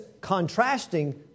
contrasting